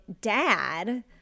dad